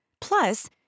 Plus